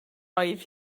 oedd